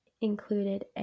included